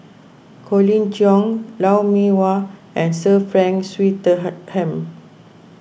Colin Cheong Lou Mee Wah and Sir Frank Swettenham